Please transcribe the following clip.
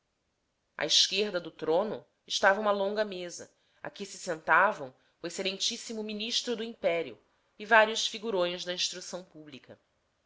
à esquerda do trono estava uma longa mesa a que sentavam-se o exmo ministro do império e vários figurões da instrução pública